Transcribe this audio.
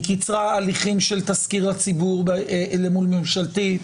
היא קיצרה הליכים של תסקיר לציבור מול ממשלתי,